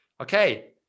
okay